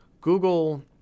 Google